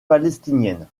palestinienne